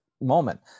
moment